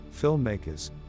filmmakers